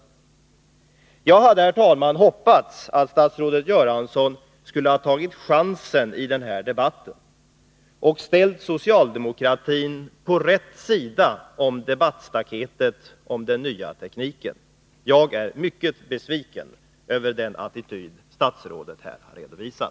Jag hade hoppats, herr talman, att statsrådet Göransson skulle ha tagit chansen att ställa socialdemokratin på rätt sida om staketet i debatten om den nya tekniken. Jag är mycket besviken över den attityd statsrådet här har redovisat.